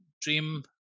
dream